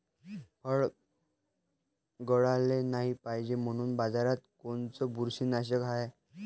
फळं गळाले नाही पायजे म्हनून बाजारात कोनचं बुरशीनाशक हाय?